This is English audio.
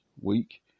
week